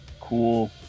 cool